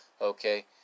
Okay